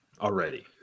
already